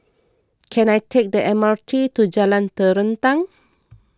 can I take the M R T to Jalan Terentang